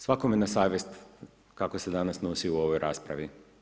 Svakome na savjest kako se danas nosi u ovoj raspravi.